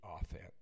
offense